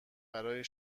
برای